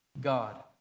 God